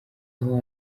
aho